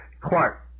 Clark